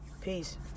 Peace